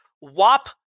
wap